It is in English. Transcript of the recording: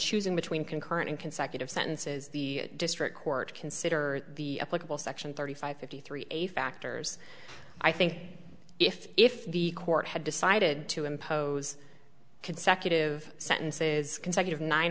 choosing between concurrent and consecutive sentences the district court consider the political section thirty five fifty three a factors i think if if the court had decided to impose consecutive sentences consecutive nine